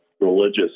religious